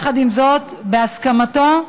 יחד עם זאת, בהסכמתו,